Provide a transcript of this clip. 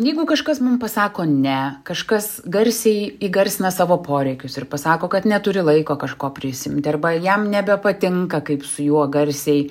jeigu kažkas mum pasako ne kažkas garsiai įgarsina savo poreikius ir pasako kad neturi laiko kažko prisiimti arba jam nebepatinka kaip su juo garsiai